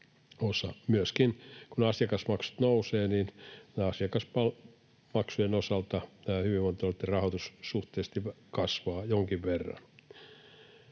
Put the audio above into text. osa. Myöskin kun asiakasmaksut nousevat, asiakaspalvelumaksujen osalta hyvinvointialueitten rahoitus suhteellisesti kasvaa jonkin verran.